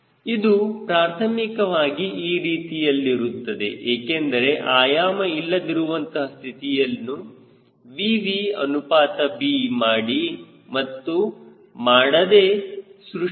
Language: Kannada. ಇದು ಪ್ರಾಥಮಿಕವಾಗಿ ಈ ರೀತಿಯಲ್ಲಿರುತ್ತದೆ ಏಕೆಂದರೆ ಆಯಾಮ ಇಲ್ಲದಿರುವಂತಹ ಸ್ಥಿತಿಯನ್ನು Vv ಅನುಪಾತ b ಮಾಡಿ ಮತ್ತು ಮಾಡದೆ ಸೃಷ್ಟಿಸುತ್ತಾರೆ